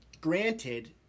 granted